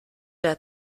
der